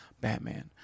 Batman